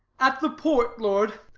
at the port, lord,